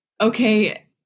Okay